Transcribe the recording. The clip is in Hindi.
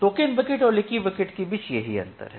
टोकन बकेट और लीकी बकेट के बीच यही अंतर है